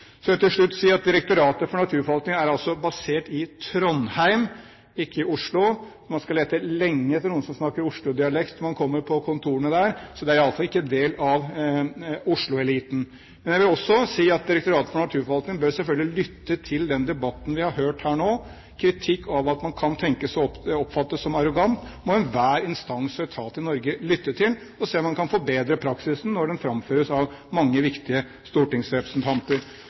Så vil jeg til slutt si at Direktoratet for naturforvaltning er plassert i Trondheim, ikke i Oslo. Man skal lete lenge etter noen som snakker Oslo-dialekt når man kommer på kontorene der. Det er iallfall ikke en del av Oslo-eliten. Men jeg vil også si at Direktoratet for naturforvaltning selvfølgelig bør lytte til den debatten vi har hørt her nå. Kritikk som går på at man kan tenkes å oppfattes som arrogant, må enhver instans og etat i Norge lytte til, og se om man kan forbedre praksisen når den framføres av mange, viktige stortingsrepresentanter.